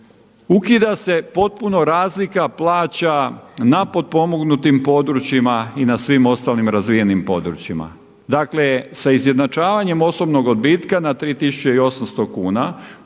ukida se potpuno razlika plaća na potpomognutim područjima i na svim ostalim razvijenim područjima. Dakle sa izjednačavanjem osobnog odbitka na 3800 kuna